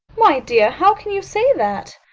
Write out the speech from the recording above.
my dear, how can you say that?